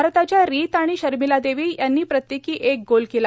भारताच्या रीत आणि शर्मिलादेवी यांनी प्रत्येकी एक गोल केला